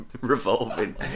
revolving